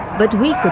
but we could